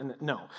No